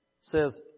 says